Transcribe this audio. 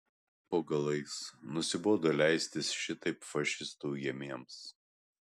po galais nusibodo leistis šitaip fašistų ujamiems